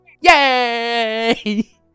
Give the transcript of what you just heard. Yay